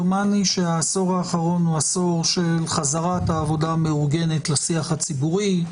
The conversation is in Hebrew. שהעשור האחרון הוא עשור של חזרת העבודה המאורגנת לשיח הציבורי.